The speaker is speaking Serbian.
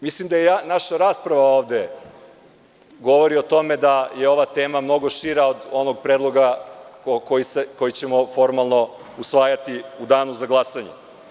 Mislim da naša rasprava ovde govori o tome da je ova tema mnogo šira od onog predloga koji ćemo formalno usvajati u danu za glasanje.